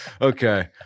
Okay